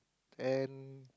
and